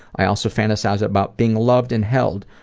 i also fantasize about being loved and held.